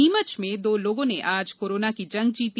नीमच में दो लोगो ने आज कोरोना की जंग जीती